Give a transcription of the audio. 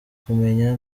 kumenya